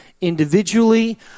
individually